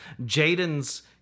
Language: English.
Jaden's